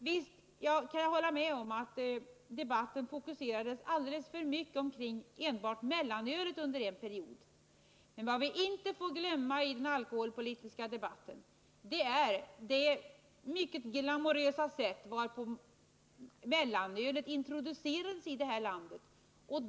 Jag kan hålla med om att debatten under en period fokuserades alldeles för mycket på enbart mellanölet. Men vad man inte får glömma i den alkoholpol ska debatten är det mycket glamorösa sätt varpå mellanölet introducerades i detta land.